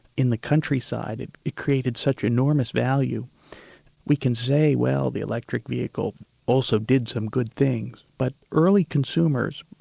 in the countryside it it created such enormous value we can say well the electric vehicle also did some good things, but early consumers,